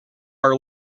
are